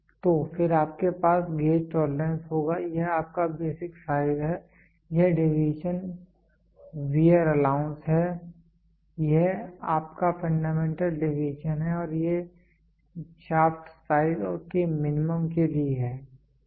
तो फिर आपके पास गेज टॉलरेंस होगा यह आपका बेसिक साइज है यह डेविएशन वेयर अलाउंस है यह आपका फंडामेंटल डेविएशन है और यह शाफ्ट साइज के मिनिमम के लिए है ठीक है